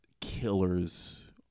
killers